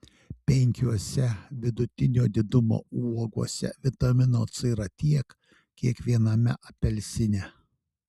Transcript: penkiose vidutinio didumo uogose vitamino c yra tiek kiek viename apelsine